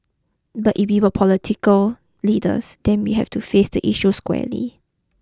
but if we are political leaders then we have to face the issue squarely